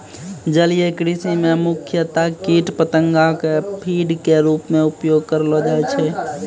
जलीय कृषि मॅ मुख्यतया कीट पतंगा कॅ फीड के रूप मॅ उपयोग करलो जाय छै